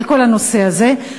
על כל הנושא הזה,